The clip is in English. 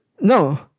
No